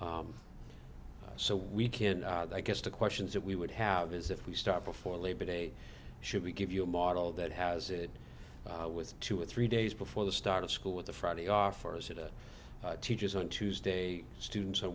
so we can i guess the questions that we would have is if we start before labor day should we give you a model that has it was two or three days before the start of school with the friday off or is it a teacher's on tuesday students or